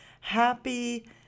Happy